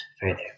further